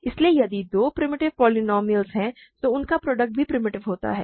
इसलिए यदि दो प्रिमिटिव पोलीनोमिअलस हैं तो उनका प्रोडक्ट भी प्रिमिटिव होता है